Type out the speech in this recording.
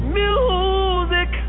music